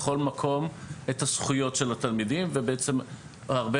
בכל מקום את הזכויות של התלמידים ובעצם הרבה